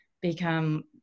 become